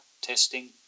testing